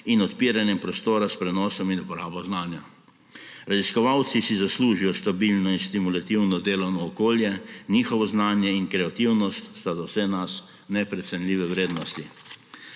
in odpiranje prostora s prenosom in uporabo znanja. Raziskovalci si zaslužijo stabilno in stimulativno delovno okolje, njihovo znanje in kreativnost sta za vse nas neprecenljive vrednosti.